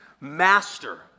master